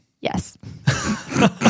yes